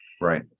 Right